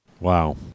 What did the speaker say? wow